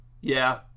Yeah